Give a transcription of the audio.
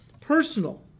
personal